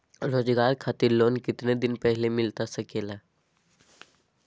रोजगार खातिर लोन कितने दिन पहले मिलता सके ला?